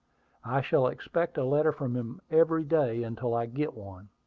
i shall expect a letter from him every day until i get one.